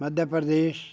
Madhya Pradesh